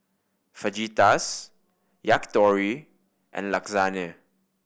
Fajitas Yakitori and Lasagna